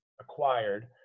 acquired